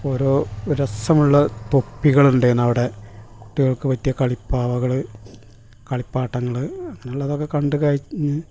ഓരോ രസമുള്ള തൊപ്പികളുണ്ടെനും അവിടെ കുട്ടികൾക്ക് പറ്റിയ കളിപ്പാവകൾ കളിപ്പാട്ടങ്ങൾ അങ്ങനെ ഉള്ളതൊക്കെ കണ്ടു കഴിഞ്ഞ്